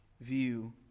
view